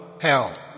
hell